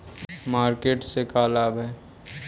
Market से का लाभ है?